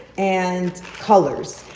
and colors.